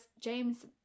james